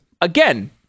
again